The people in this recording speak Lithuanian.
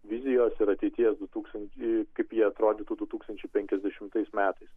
vizijos ir ateities du tūkstant kaip ji atrodytų du tūkstančiai penkiasdešimtais metais